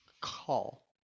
call